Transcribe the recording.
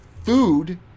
Food